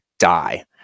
Die